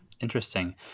Interesting